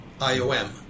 IOM